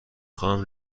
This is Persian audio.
خواهم